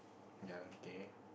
ya okay